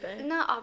no